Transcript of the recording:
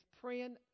praying